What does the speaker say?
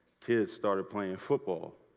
kids started playing football